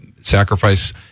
sacrifice